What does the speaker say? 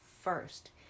first